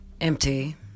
empty